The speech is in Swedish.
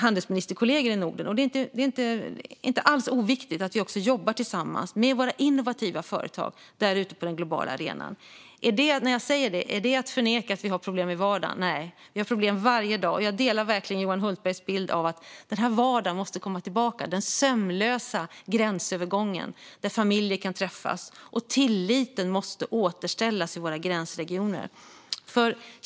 handelsministerkollegor. Det är inte alls oviktigt att vi jobbar tillsammans med våra innovativa företag som finns på den globala arenan. Är det att förneka att vi har problem i vardagen när jag säger så? Nej, vi har problem varje dag. Jag delar verkligen Johan Hultbergs bild av att vardagen måste komma tillbaka med den sömlösa gränsövergången där familjer kan träffas. Tilliten måste återställas i våra gränsregioner.